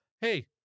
hey